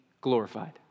Glorified